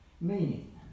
meaning